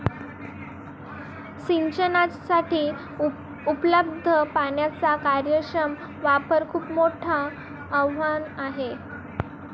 सिंचनासाठी उपलब्ध पाण्याचा कार्यक्षम वापर खूप मोठं आवाहन आहे